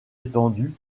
étendu